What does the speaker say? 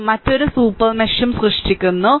ഇത് മറ്റൊരു സൂപ്പർ മെഷും സൃഷ്ടിക്കുന്നു